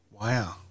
Wow